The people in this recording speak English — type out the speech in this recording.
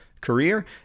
career